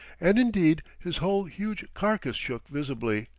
and indeed his whole huge carcass shook visibly,